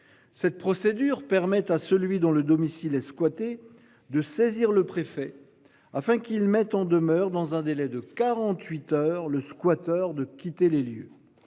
Cette procédure permet à celui dont le domicile est squattée de saisir le préfet afin qu'ils mettent en demeure dans un délai de 48 heures le squatteur de quitter les lieux.